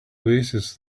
oasis